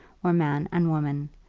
or man and woman,